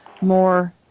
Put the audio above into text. more